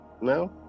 No